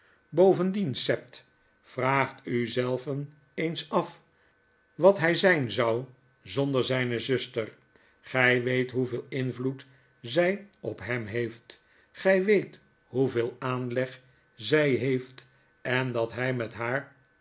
bovendien sept vraag uzelven eensaf wat hij zyn zou zonder zjne zuster gp weet hoeveel invloed zij op hem heeft gij weet hoeveel aanleg zy heeft en dat hy met haar